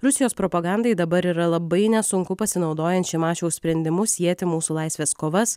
rusijos propagandai dabar yra labai nesunku pasinaudojant šimašiaus sprendimu sieti mūsų laisvės kovas